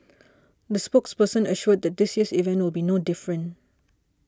the spokesperson assured that this year's event will be no different